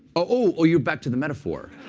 oh, you're back to the metaphor.